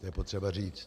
To je potřeba říct.